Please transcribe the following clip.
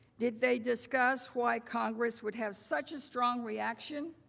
did they discuss why congress would have such a strong reaction?